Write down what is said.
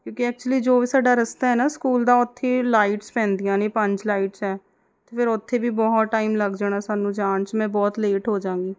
ਕਿਉਂਕੀ ਐਕਚੁਲੀ ਜੋ ਵੀ ਸਾਡਾ ਰਸਤਾ ਹੈ ਨਾ ਸਕੂਲ ਦਾ ਉੱਥੇ ਲਾਈਟਸ ਪੈਂਦੀਆਂ ਨੇ ਪੰਜ ਲਾਈਟਸ ਹੈ ਅਤੇ ਫਿਰ ਉੱਥੇ ਵੀ ਬਹੁਤ ਟਾਈਮ ਲੱਗ ਜਾਣਾ ਸਾਨੂੰ ਜਾਣ 'ਚ ਮੈਂ ਬਹੁਤ ਲੇਟ ਹੋ ਜਾਵਾਂਗੀ